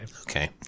Okay